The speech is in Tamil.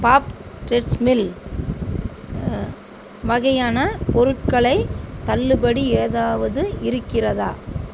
பாப் ட்ரெஸ் மில் வகையான பொருட்களை தள்ளுபடி ஏதாவது இருக்கிறதா